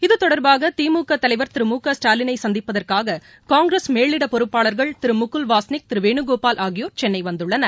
இதுதொடர்பாக திமுக தலைவர் திரு மு க ஸ்டாலினை சந்திப்பதற்காக காங்கிரஸ் மேலிட பொறுப்பாளர்கள் திரு முகுல் வாஸ்னிக் திரு வேணுகோபால் ஆகியோர் சென்னை வந்துள்ளனர்